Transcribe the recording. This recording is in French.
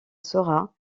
sera